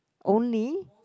only